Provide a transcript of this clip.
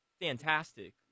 fantastic